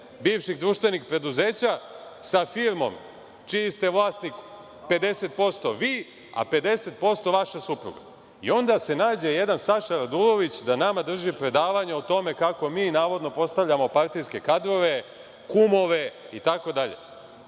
bivših društvenih preduzeća, sa firmom čiji ste vlasnik 50% vi, a 50% vaša supruga. Onda se nađe jedan Saša Radulović da nama drži predavanje o tome kako mi navodno postavljamo partijske kadrove, kumove